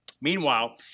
Meanwhile